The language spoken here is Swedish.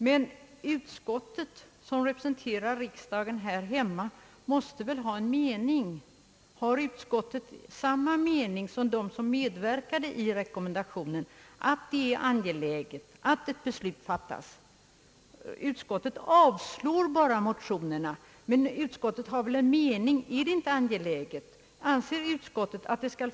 Men utskottet, som representerar riksdagen här hemma, måste väl hysa en mening. Har utskottet samma mening som de som medverkat till rekommendationen: att det är angeläget att ett beslut fattas? Utskottet avslår motionen. Jag efterlyser därför utskottets mening.